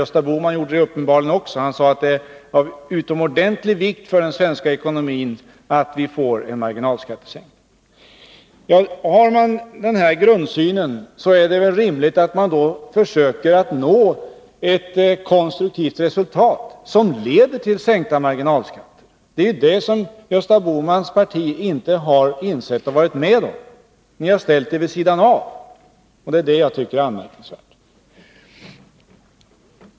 Gösta Bohman gör det uppenbarligen också — han sade att det var av utomordentlig vikt för den svenska ekonomin att vi får en marginalskattesänkning. Har man den här grundsynen är det rimligt att man försöker nå ett konstruktivt resultat som leder till sänkta marginalskatter. Det är det som Gösta Bohmans parti inte insett och varit med om. Ni har ställt er vid sidan av. Och det är det jag tycker är anmärkningsvärt.